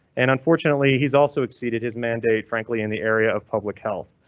and unfortunately, he's also exceeded his mandate. frankly, in the area of public health,